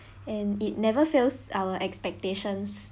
and it never fails our expectations